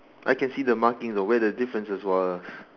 I can see the marking though where the differences were